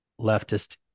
leftist